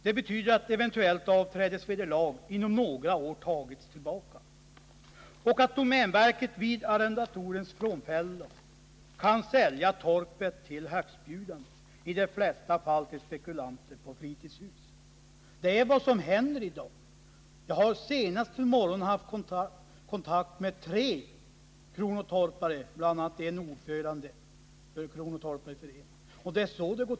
Det betyder att ett eventuellt avträdesvederlag tas tillbaka inom några år och att domänverket vid arrendatorns frånfälle kan sälja torpet till högstbjudande, i de flesta fall till spekulanter på fritidshus. Detta är vad som händer i dag. Senast i morse hade jag kontakt med tre kronotorpare, bl.a. ordföranden för kronotorparnas förening.